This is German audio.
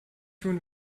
tun